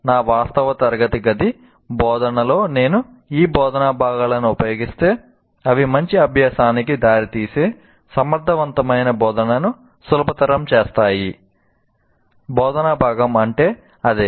నా వాస్తవ తరగతి గది బోధనలో నేను ఈ బోధనా భాగాలను ఉపయోగిస్తే అవి మంచి అభ్యాసానికి దారితీసే సమర్థవంతమైన బోధనను సులభతరం చేస్తాయి బోధనా భాగం అంటే అదే